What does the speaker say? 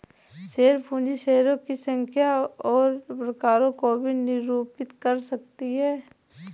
share पूंजी शेयरों की संख्या और प्रकारों को भी निरूपित कर सकती है